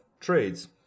trades